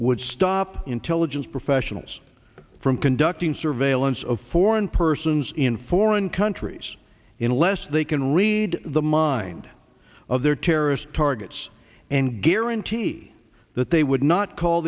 would stop intelligence fashion is from conducting surveillance of foreign persons in foreign countries in unless they can read the mind of their terrorist targets and guarantee that they would not call